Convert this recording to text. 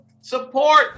support